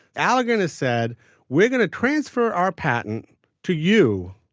allegan has said we're going to transfer our patent to you,